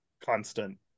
constant